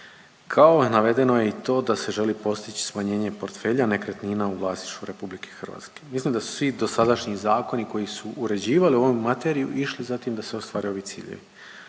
kao navedeno je i to da se želi postići smanjenje portfelja nekretnina u vlasništvu RH. Mislim da su svi dosadašnji zakoni koji su uređivali ovu materiju išli za tim da se ostvare ovi ciljevi.